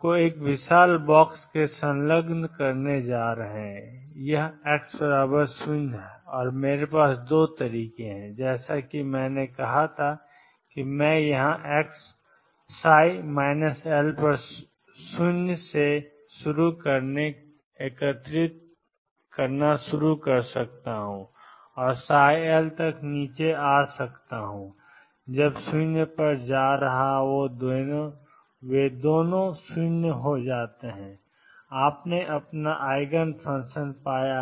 को एक विशाल बॉक्स में संलग्न करने जा रहे हैं यह x 0 है और मेरे पास दो तरीके हैं जैसा कि मैंने कहा था कि मैं यहां से L0से शुरू करके एकीकृत करना शुरू कर सकता हूं और ψ तक नीचे आ सकता हूं जब 0 पर जा रहा हो वे दोनों 0 हो जाते हैं आपने अपना आइगन फंक्शन पाया है